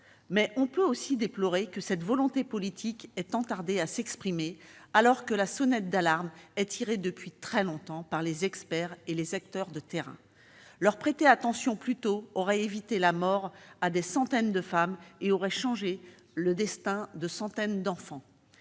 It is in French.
dit, on peut aussi déplorer que cette volonté politique ait tant tardé à s'exprimer, alors que la sonnette d'alarme était tirée depuis très longtemps par les experts et les acteurs de terrain. Prêter attention plus tôt à ces alertes aurait évité la mort à des centaines de femmes et aurait changé le destin de centaines d'enfants.